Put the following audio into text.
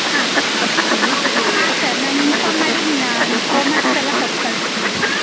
ಹಾಂ ಹಾಂ ಸರ್ ನಾನು ಇನ್ಫಾಮ್ ಮಾಡಿ ನಾನು ಓಮ್ವರ್ಕ್ಸ್ ಎಲ್ಲ ಕೊಟ್ಟು ಕಳಿಸ್ತೀನಿ